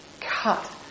cut